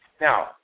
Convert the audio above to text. Now